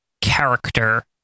character